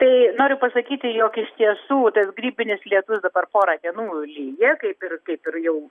tai noriu pasakyti jog iš tiesų tas grybinis lietus dabar porą dienų lyja kaip ir kaip ir jau